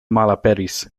malaperis